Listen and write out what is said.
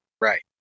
Right